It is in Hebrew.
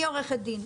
אני עורכת דין,